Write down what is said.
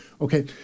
Okay